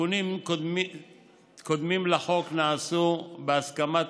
תיקונים קודמים לחוק נעשו בהסכמת